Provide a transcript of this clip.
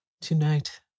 Tonight